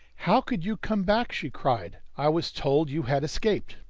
how could you come back? she cried. i was told you had escaped!